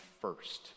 first